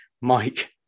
Mike